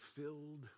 filled